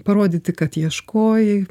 parodyti kad ieškojai